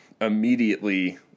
immediately